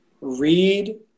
Read